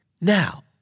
Now